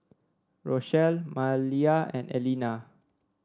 Rochelle Maleah and Allena